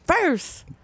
First